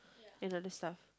another stuff